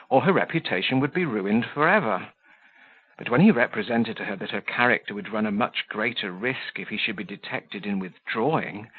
or her reputation would be ruined for ever but when he represented to her, that her character would run a much greater risk if he should be detected in withdrawing,